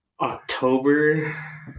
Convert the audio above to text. October